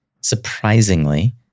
Surprisingly